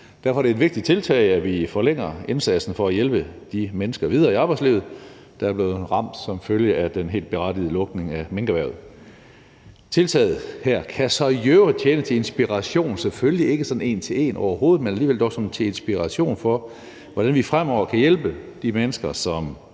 Derfor er det et vigtigt tiltag, at vi forlænger indsatsen for at hjælpe de mennesker videre i arbejdslivet, der er blevet ramt som følge af den helt berettigede lukning af minkerhvervet. Tiltaget her kan så i øvrigt tjene til inspiration, selvfølgelig overhovedet ikke sådan en til en, for, hvordan vi fremover kan hjælpe de mennesker, som